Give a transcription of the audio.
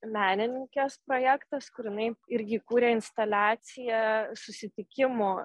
menininkės projektas kur jinai irgi kūrė instaliaciją susitikimų